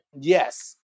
Yes